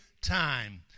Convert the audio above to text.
time